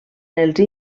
entre